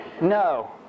No